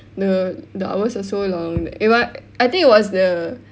the the hours was so long it was I think it was the